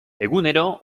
egunero